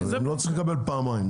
הם לא צריכים לקבל פעמיים,